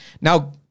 now